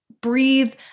breathe